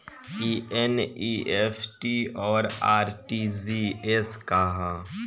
ई एन.ई.एफ.टी और आर.टी.जी.एस का ह?